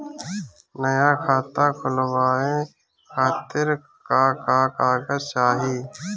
नया खाता खुलवाए खातिर का का कागज चाहीं?